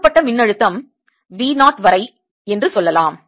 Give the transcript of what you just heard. கொடுக்கப்பட்ட மின்னழுத்தம் V 0 வரை என்று சொல்லலாம்